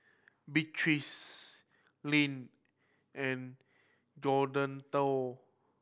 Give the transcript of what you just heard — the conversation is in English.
Beatrice Leann and Johnathon